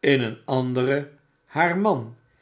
in een andere mar man